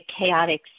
chaotic